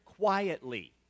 Quietly